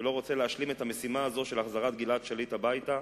ולא רוצה להשלים את המשימה הזאת של החזרת גלעד שליט הביתה.